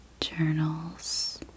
journals